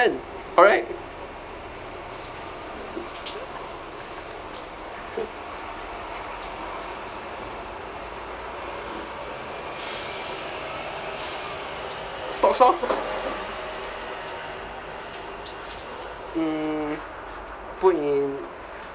correct stocks orh mm put in